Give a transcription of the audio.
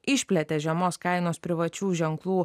išplėtę žemos kainos privačių ženklų